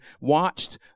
watched